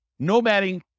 nomading